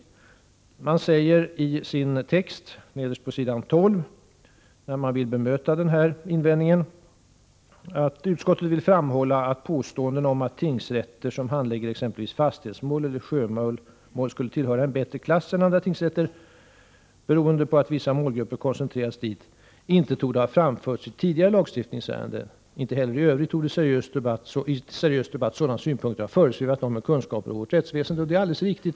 Utskottet säger i sin text, nederst på s. 12, i ett försök att bemöta den här invändningen: ”Utskottet vill framhålla att påståenden om att tingsrätter som handlägger exempelvis fastighetsmål eller sjömål skulle tillhöra en ”bättre klass” än andra tingsrätter, beroende på att vissa målgrupper koncentrerats dit, inte torde ha framförts i tidigare lagstiftningsärenden. Inte heller i övrigt torde i seriös debatt sådana synpunkter ha föresvävat någon med kunskaper om vårt rättsväsende.” Det som sägs här är alldeles riktigt.